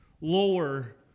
lower